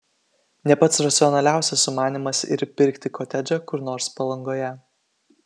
ne pats racionaliausias sumanymas ir pirkti kotedžą kur nors palangoje